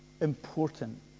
important